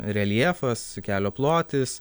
reljefas kelio plotis